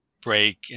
break